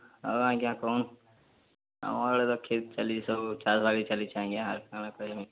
ଆଉ ଆଜ୍ଞା କହୁନ୍ ଆମର୍ ଆଡ଼େ ତ ଠିକ୍ ଚାଲିଛେ ସବୁ ଚାଷ୍ ବାଡ଼ି ଚାଲିଛେ ଆଜ୍ଞା ଆର୍ କାଣା କହେମି